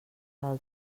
del